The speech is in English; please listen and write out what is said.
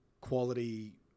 quality